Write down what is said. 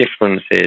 differences